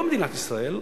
לא במדינת ישראל,